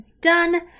done